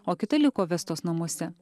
o kita liko vestos namuose